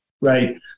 right